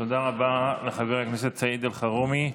תודה רבה לחבר הכנסת סעיד אלחרומי.